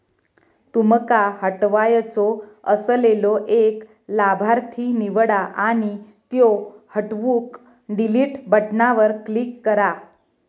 तुमका हटवायचो असलेलो एक लाभार्थी निवडा आणि त्यो हटवूक डिलीट बटणावर क्लिक करा